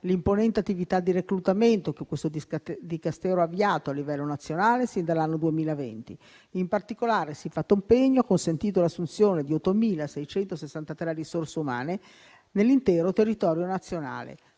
l'imponente attività di reclutamento che questo Dicastero ha avviato a livello nazionale sin dall'anno 2020. In particolare, siffatto impegno ha consentito l'assunzione di 8.663 risorse umane nell'intero territorio nazionale.